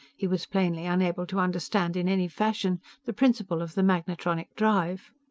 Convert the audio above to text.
he was plainly unable to understand in any fashion the principle of the magnetronic drive.